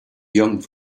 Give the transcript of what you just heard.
young